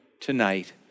tonight